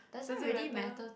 does it matter